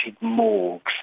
morgues